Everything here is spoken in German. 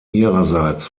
ihrerseits